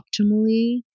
optimally